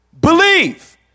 Believe